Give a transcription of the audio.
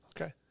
Okay